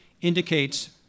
indicates